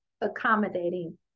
accommodating